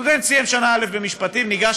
סטודנט סיים שנה א' במשפטים וניגש